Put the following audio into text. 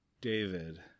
David